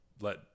let